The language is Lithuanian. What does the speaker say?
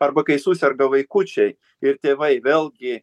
arba kai suserga vaikučiai ir tėvai vėlgi